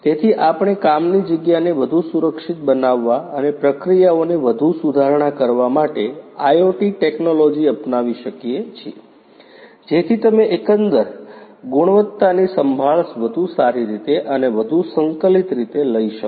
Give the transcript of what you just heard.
તેથી આપણે કામની જગ્યાને વધુ સુરક્ષિત બનાવવા અને પ્રક્રિયાઓને વધુ સુધારણા કરવા માટે IoT ટેક્નોલોજી અપનાવી શકીએ છીએ જેથી તમે એકંદરે ગુણવત્તાની સંભાળ વધુ સારી રીતે અને વધુ સંકલિત રીતે લઈ શકો